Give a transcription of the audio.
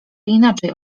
inaczej